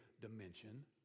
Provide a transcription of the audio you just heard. dimension